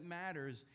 matters